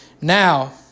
Now